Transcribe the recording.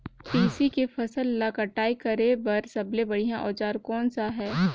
तेसी के फसल ला कटाई करे बार सबले बढ़िया औजार कोन सा हे?